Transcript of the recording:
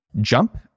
jump